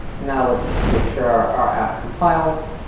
now let's make sure our app compiles,